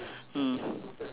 mm